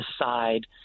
decide